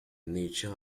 nature